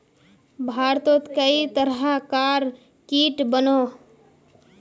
भारतोत कई तरह कार कीट बनोह